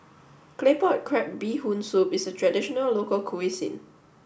Claypot Crab Bee Hoon Soup is a traditional local cuisine